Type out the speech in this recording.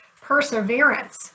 perseverance